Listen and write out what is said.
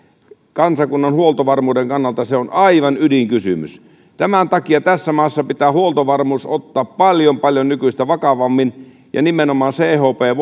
kansakunnan huoltovarmuuden kannalta se on aivan ydinkysymys tämän takia tässä maassa pitää huoltovarmuus ottaa paljon paljon nykyistä vakavammin ja nimenomaan chp